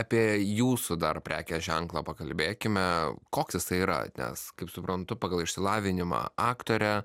apie jūsų dar prekės ženklą pakalbėkime koks jisai yra nes kaip suprantu pagal išsilavinimą aktorė